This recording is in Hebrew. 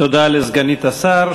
תודה לסגנית השר.